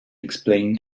explain